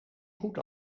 goed